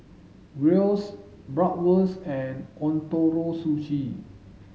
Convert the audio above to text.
Bratwurst and Ootoro Sushi